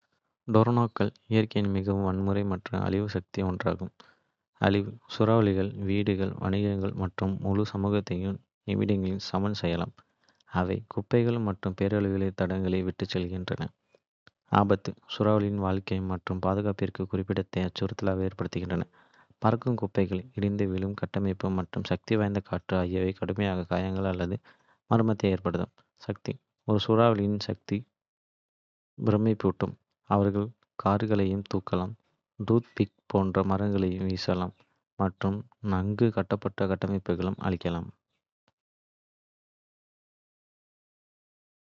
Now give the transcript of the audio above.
டொர்னாடோக்கள் இயற்கையின் மிகவும் வன்முறை மற்றும் அழிவு சக்திகளில் ஒன்றாகும். நான் அவர்களுடன் தொடர்புபடுத்தும் சில விஷயங்கள் இங்கே. அழிவு சூறாவளிகள் வீடுகள், வணிகங்கள் மற்றும் முழு சமூகங்களையும் நிமிடங்களில் சமன் செய்யலாம். அவை குப்பைகள் மற்றும் பேரழிவுகளின் தடத்தை விட்டுச் செல்கின்றன. ஆபத்து சூறாவளிகள் வாழ்க்கை மற்றும் பாதுகாப்பிற்கு குறிப்பிடத்தக்க அச்சுறுத்தலை ஏற்படுத்துகின்றன. பறக்கும் குப்பைகள், இடிந்து விழும் கட்டமைப்புகள் மற்றும் சக்திவாய்ந்த காற்று. ஆகியவை கடுமையான காயங்கள் அல்லது மரணத்தை ஏற்படுத்தும். சக்தி ஒரு சூறாவளியின் சுத்த சக்தி பிரமிப்பூட்டுகிறது. அவர்கள் கார்களைத் தூக்கலாம், டூத்பிக் போன்ற மரங்களை வீசலாம் மற்றும் நன்கு கட்டப்பட்ட கட்டமைப்புகளை அழிக்கலாம்.